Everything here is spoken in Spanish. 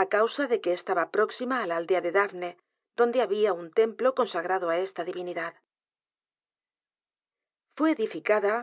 á causa de que estaba próxima á la aldea de dafne donde había un templo consagrado á esta divinidad fué edificada